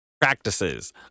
practices